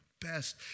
best